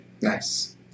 Nice